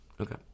Okay